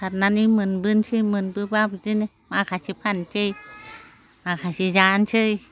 सारनानै मोनबोनोसै मोनबोब्ला बिदिनो माखासे फानसै माखासे जानोसै